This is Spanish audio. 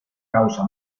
causa